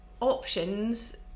options